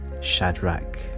Shadrach